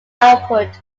output